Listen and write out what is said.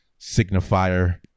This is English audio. signifier